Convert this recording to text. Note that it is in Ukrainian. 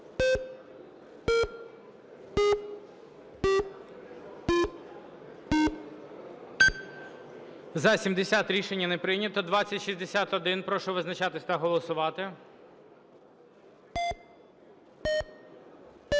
За-77 Рішення не прийнято. 2061. Прошу визначатись та голосувати.